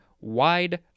wide